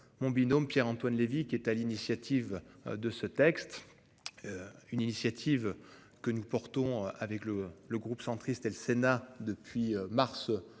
mon binôme Pierre-Antoine Levi, qui est à l'initiative de ce texte. Une initiative que nous portons avec le le groupe centriste, et le Sénat depuis mars